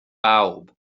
bawb